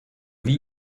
wie